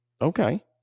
Okay